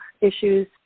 issues